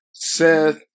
Seth